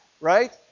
right